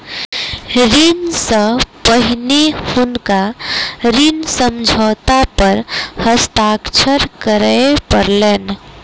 ऋण सॅ पहिने हुनका ऋण समझौता पर हस्ताक्षर करअ पड़लैन